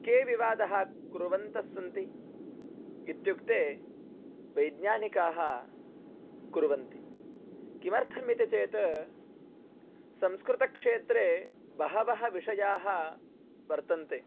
के विवादः कुर्वन्तः सन्ति इत्युक्ते वैज्ञानिकाः कुर्वन्ति किमर्थम् इति चेत् संस्कृतक्षेत्रे बहवः विषयाः वर्तन्ते